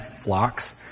flocks